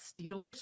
Steelers